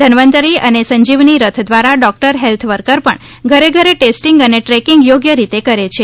ધન્વન્તરી અને સંજીવની રથ દ્વારા ડોકટર હેલ્થ વર્કર પણ ઘરે ઘરે ટેસ્ટીગ અને ટ્રેકીગ યોગ્ય રીતે કરે છે